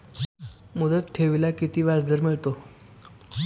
मुदत ठेवीला किती व्याजदर मिळतो?